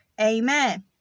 Amen